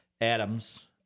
Adams